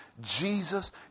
Jesus